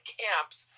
camps